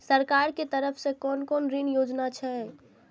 सरकार के तरफ से कोन कोन ऋण योजना छै?